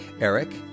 eric